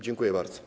Dziękuję bardzo.